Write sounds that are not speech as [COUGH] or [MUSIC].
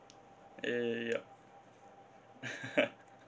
yup [LAUGHS]